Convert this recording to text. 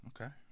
Okay